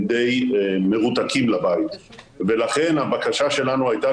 די מרותקים לבית ולכן הבקשה שלנו הייתה,